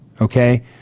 Okay